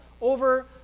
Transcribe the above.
over